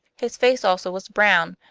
his face also was brown,